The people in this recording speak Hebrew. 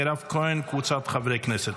מירב כהן וקבוצת חברי הכנסת,